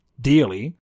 dearly